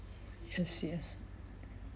yes yes